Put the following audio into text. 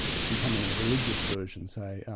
it can come in a religious version say,